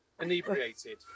inebriated